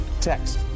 text